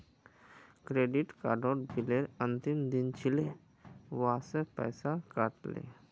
credit card बिलेर अंतिम दिन छिले वसे पैसा कट ले